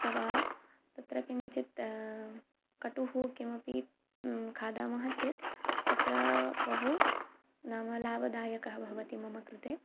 अथवा तत्र किञ्चित् कटुः किमपि खादामः चेत् तत्र बहु नाम लाभदायकः भवति मम कृते